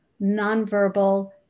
nonverbal